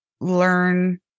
learn